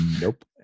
Nope